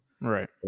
Right